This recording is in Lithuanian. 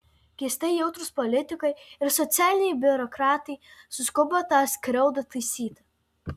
keistai jautrūs politikai ir socialiniai biurokratai suskubo tą skriaudą taisyti